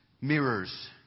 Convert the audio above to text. mirrors